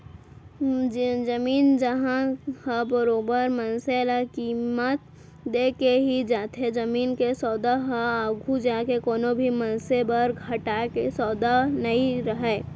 जमीन जघा ह बरोबर मनसे ल कीमत देके ही जाथे जमीन के सौदा ह आघू जाके कोनो भी मनसे बर घाटा के सौदा नइ रहय